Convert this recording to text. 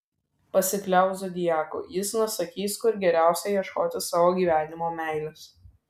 pasikliauk zodiaku jis nusakys kur geriausia ieškoti savo gyvenimo meilės